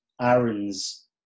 Aaron's